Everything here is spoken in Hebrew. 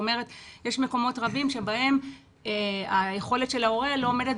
יש מקומות רבים שבהם היכולת של ההורה לא עומדת